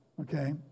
Okay